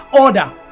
order